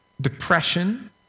depression